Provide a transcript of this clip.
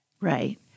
Right